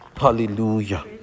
Hallelujah